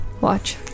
Watch